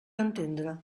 entendre